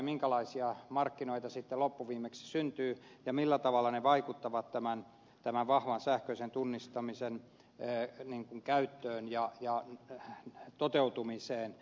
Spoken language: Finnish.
minkälaisia markkinoita sitten loppuviimeksi syntyy ja millä tavalla ne vaikuttavat tämän vahvan sähköisen tunnistamisen käyttöön ja toteutumiseen